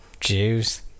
Jews